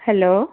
hello